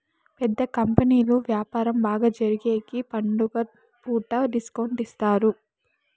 పెద్ద కంపెనీలు వ్యాపారం బాగా జరిగేగికి పండుగ పూట డిస్కౌంట్ ఇత్తారు